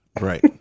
Right